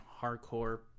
hardcore